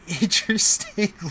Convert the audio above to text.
interesting